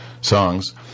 songs